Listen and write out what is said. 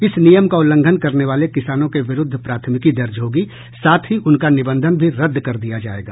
इस नियम का उल्लंघन करने वाले किसानों के विरूद्ध प्राथमिकी दर्ज होगी साथ ही उनका निबंधन भी रद्द कर दिया जायेगा